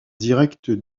directs